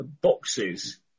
boxes